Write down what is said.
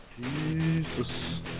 Jesus